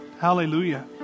Hallelujah